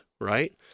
right